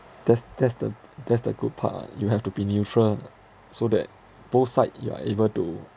that's that's the that's the good part lah you have to be neutral so that both side you are able to